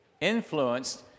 influenced